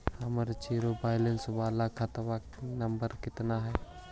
हमर zero balance बाला खाता नम्बर कितना है?